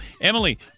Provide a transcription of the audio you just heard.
Emily